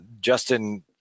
Justin